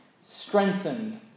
strengthened